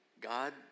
God